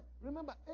Remember